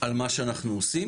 על מה שאנחנו עושים.